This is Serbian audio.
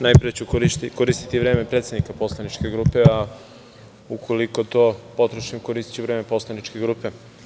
Najpre ću koristiti vreme predsednika poslaničke grupe, a ukoliko to potrošim koristiću vreme poslaničke grupe.